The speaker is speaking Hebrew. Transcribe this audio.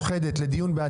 שלום, אני פותח את הישיבה.